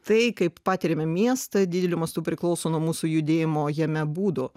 tai kaip patiriame miestą dideliu mastu priklauso nuo mūsų judėjimo jame būdo